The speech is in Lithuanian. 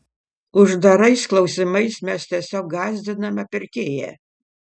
uždarais klausimais mes tiesiog gąsdiname pirkėją